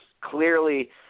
clearly